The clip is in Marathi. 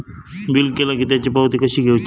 बिल केला की त्याची पावती कशी घेऊची?